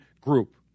group